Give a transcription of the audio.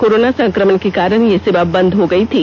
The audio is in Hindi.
कोरोना संक्रमण के कारण ये सेवा बंद की गई थी